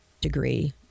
degree